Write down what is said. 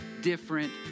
different